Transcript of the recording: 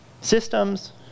systems